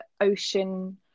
ocean